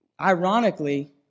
ironically